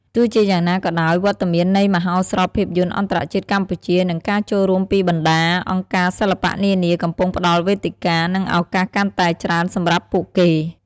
ទោះជាយ៉ាងណាក៏ដោយ វត្តមាននៃមហោស្រពភាពយន្តអន្តរជាតិកម្ពុជា និងការចូលរួមពីបណ្ដាអង្គការសិល្បៈនានា កំពុងផ្ដល់វេទិកា និងឱកាសកាន់តែច្រើនសម្រាប់ពួកគេ។